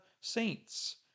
saints